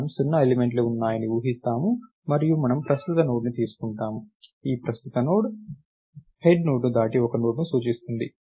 మనము సున్నా ఎలిమెంట్లు ఉన్నాయని ఊహిస్తాము మరియు మనము ప్రస్తుత నోడ్ని తీసుకుంటాము ఈ ప్రస్తుత నోడ్ హెడ్ నోడ్ను దాటి ఒక నోడ్ను సూచిస్తుంది